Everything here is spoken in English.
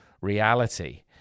reality